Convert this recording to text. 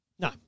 No